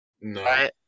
No